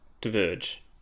diverge